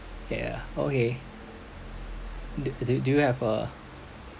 yeah okay do do you have a